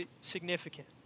significant